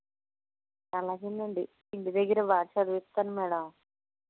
అలాగేనండి ఇంటిదగ్గర బాగా చదువుతాడు మేడం